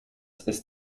ist